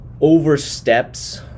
oversteps